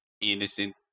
Innocent